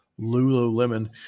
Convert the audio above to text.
Lululemon